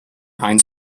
heinz